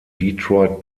detroit